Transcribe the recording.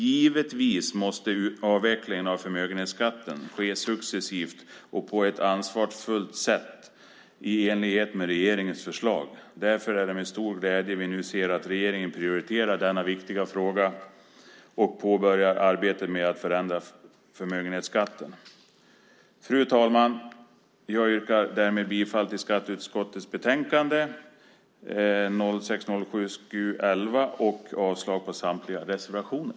Givetvis måste avvecklingen av förmögenhetsskatten ske successivt och på ett ansvarsfullt sätt i enlighet med regeringens förslag. Därför är det med stor glädje vi nu ser att regeringen prioriterar denna viktiga fråga och påbörjar arbetet med att förändra förmögenhetsskatten. Fru talman! Jag yrkar därmed bifall till skatteutskottets förslag i betänkandet 2006/07:SkU11 och avslag på samtliga reservationer.